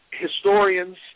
historians